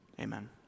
Amen